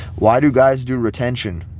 why do guys do retention?